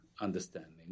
understanding